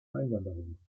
einwanderung